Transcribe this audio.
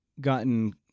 gotten